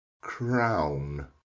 crown